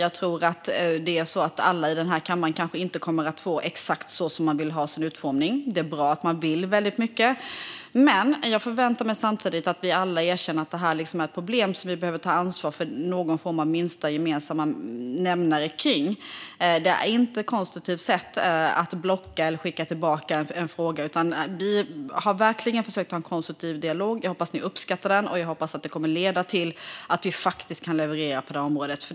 Alla här i kammaren kommer nog inte att få exakt så som man vill när det gäller hur det ska utformas. Det är dock bra att man vill väldigt mycket. Men jag förväntar mig samtidigt att vi alla erkänner att det här är ett problem som vi behöver ta ansvar för och få till en minsta gemensam nämnare. Det är inte konstruktivt att blockera eller skicka tillbaka en fråga. Vi har verkligen försökt att ha en konstruktiv dialog. Jag hoppas att ni har uppskattat det. Jag hoppas också att det kommer att leda till att vi kan leverera på området.